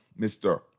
Mr